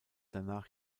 danach